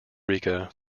rica